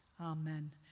Amen